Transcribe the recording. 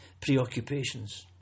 preoccupations